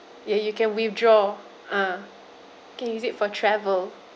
you you can withdraw a can use it for travel